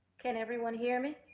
could everyone hear me.